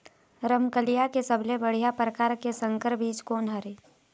रमकलिया के सबले बढ़िया परकार के संकर बीज कोन हर ये?